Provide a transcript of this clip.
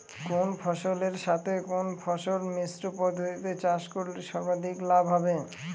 কোন ফসলের সাথে কোন ফসল মিশ্র পদ্ধতিতে চাষ করলে সর্বাধিক লাভ হবে?